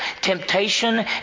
Temptation